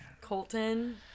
Colton